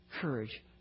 courage